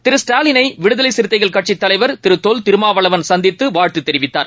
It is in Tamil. திரு ஸ்டாலினைவிடுதலைசிறுத்தைகள் கட்சித் தலைவர் திருதொல் திருமாவளவன் சந்தித்துவாழ்த்துத் கெரிவித்கார்